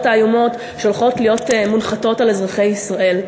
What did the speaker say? האיומות שהולכות להיות מונחתות על אזרחי ישראל.